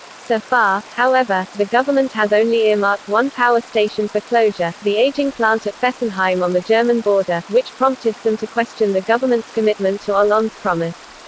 so far, however, the government has only earmarked one power station for closure the aging plant at fessenheim on the german border which prompted some to question the government's commitment to hollande's promise.